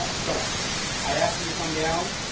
so i asked him to come down.